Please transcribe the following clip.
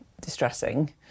distressing